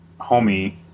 homie